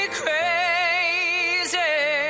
crazy